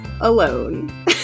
alone